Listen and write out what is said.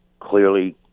clearly